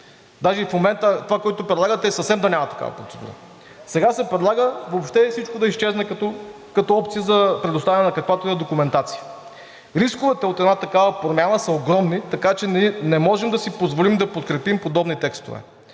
Даже в момента това, което предлагате, е съвсем да няма такава процедура. Сега се предлага въобще всичко да изчезне като опция за предоставяне на каквато и да е документация. Рисковете от една такава промяна са огромни, така че ние не можем да си позволим да подкрепим подобни текстове.